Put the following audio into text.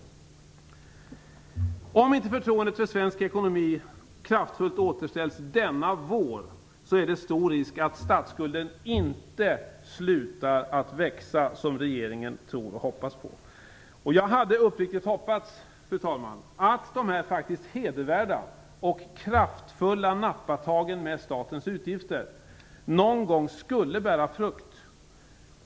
Om inte förtroendet för svensk ekonomi kraftfullt återställs denna vår är det stor risk att statsskulden inte slutar att växa, som regeringen tror och hoppas på. Fru talman! Jag hade uppriktigt hoppats att dessa hedervärda och kraftfulla nappatag med statens utgifter någon gång skulle bära frukt.